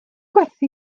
gwerthu